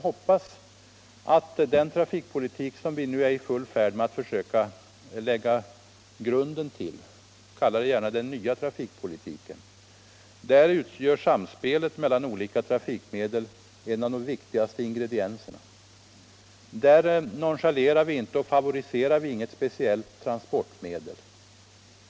I den trafikpolitik som vi nu är i full färd med att försöka lägga grunden till — kalla den gärna den nya trafikpolitiken — utgör samspelet mellan olika trafikmedel en av de viktigaste ingredienserna. Där nonchalerar eller favoriserar vi inget speciellt transportmedel.